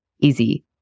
easy